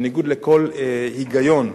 בניגוד לכל היגיון,